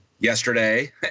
yesterday